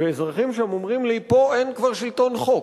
ואזרחים שם אומרים לי: פה אין כבר שלטון חוק,